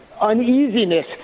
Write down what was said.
uneasiness